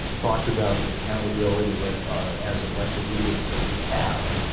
talked about the accountability that as elected leaders that we have,